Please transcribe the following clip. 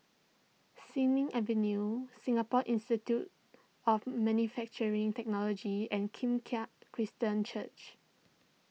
Sin Ming Avenue Singapore Institute of Manufacturing Technology and Kim Keat Christian Church